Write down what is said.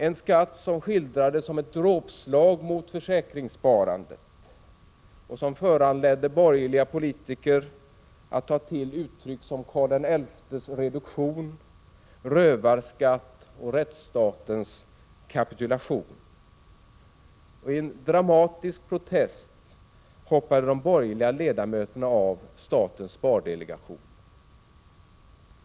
En skatt som skildrades som ett dråpslag mot försäkringssparandet och som föranledde borgerliga politiker att ta till uttryck som ”Karl XI:s reduktion”, ”rövarskatt” och ”rättsstatens kapitulation”. I en dramatisk protest hoppade de borgerliga ledamöterna av statens spardelegation.